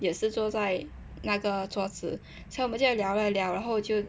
也是坐在那个桌子所以我们就聊了聊然后就